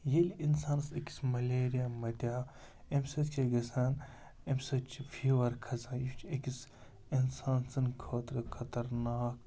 ییٚلہِ اِنسانَس أکِس ملیریا مَتیٛاو اَمہِ سۭتۍ کیٛاہ گژھان اَمہِ سۭتۍ چھِ فیٖوَر کھَسان یہِ چھُ أکِس اِنسان سٕںٛدِ خٲطرٕ خطرناک